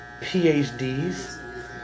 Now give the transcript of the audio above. PhDs